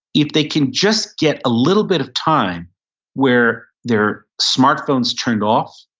if they can just get a little bit of time where their smartphone is turned off.